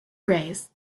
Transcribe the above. graze